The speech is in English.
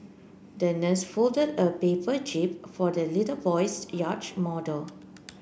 the nurse folded a paper jib for the little boy's yacht model